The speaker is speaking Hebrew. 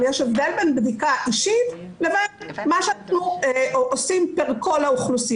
אבל יש ה בדל בין בדיקה אישית לבין מה שעושים פר כל האוכלוסייה.